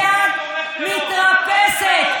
כי יש יד מתרפסת.